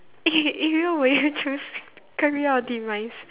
eh if you will you choose career or demise